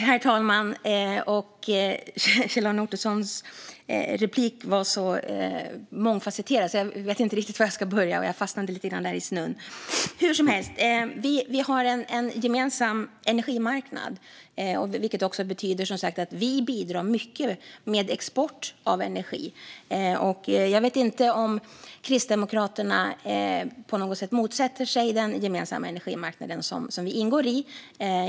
Herr talman! Kjell-Arne Ottossons replik var så mångfasetterad, så jag vet inte riktigt var jag ska börja. Jag fastnade lite grann där i snön. Vi har en gemensam energimarknad, vilket betyder att vi bidrar mycket med export av energi. Jag vet inte om Kristdemokraterna på något sätt motsätter sig den gemensamma energimarknad som vi ingår i.